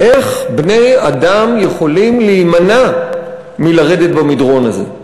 איך בני-אדם יכולים להימנע מלרדת במדרון הזה,